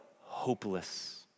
hopeless